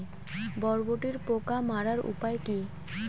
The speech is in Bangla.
বরবটির পোকা মারার উপায় কি?